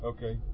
Okay